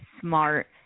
smart